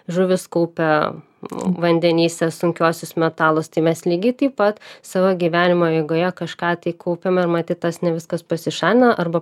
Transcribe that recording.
žuvys kaupia vandenyse sunkiuosius metalus tai mes lygiai taip pat savo gyvenimo eigoje kažką tai kaupiame ir matyt tas ne viskas pasišalina arba